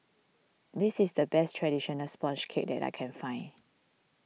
this is the best Traditional Sponge Cake that I can find